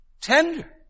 tender